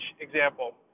example